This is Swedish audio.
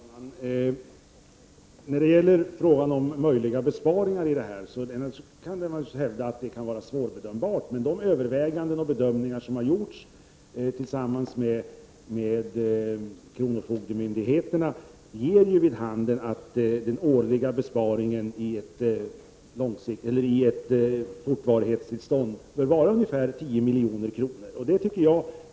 Herr talman! När det gäller frågan om möjliga besparingar kan man naturligtvis hävda att den frågan är svårbedömbar. Men de överväganden och bedömningar som har gjorts tillsammans med kronofogdemyndigheterna ger ju vid handen att den årliga besparingen i ett fortvarighetstillstånd bör vara ungefär 10 milj.kr.